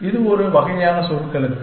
இது ஒரு வகையான சுருக்கெழுத்து